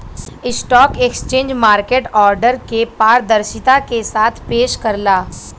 stock exchange market order के पारदर्शिता के साथ पेश करला